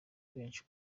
benshi